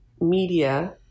media